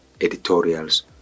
editorials